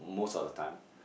most of the time